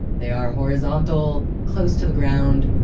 they are horizontal, close to the ground,